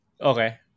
okay